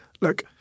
look